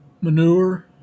manure